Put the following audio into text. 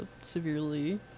severely